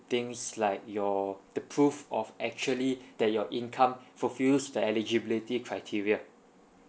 things like your the proof of actually that your income fulfils the eligibility criteria